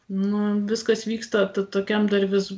nu viskas vyksta tokiam dar vis